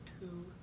two